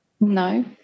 No